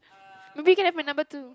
maybe can have your number too